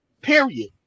period